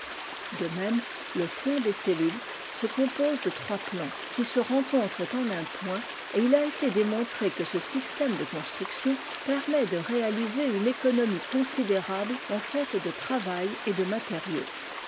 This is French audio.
de même le fond des cellules se compose de trois plans qui se rencontrent en un point et il a été démontré que ce système de construction permet de réaliser une économie considérable en fait de travail et de matériaux